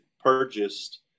purchased